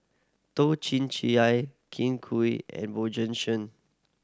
Toh Chin Chye Kin Chui and Bjorn Shen